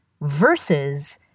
versus